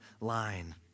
line